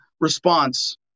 response